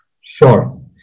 Sure